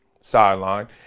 sideline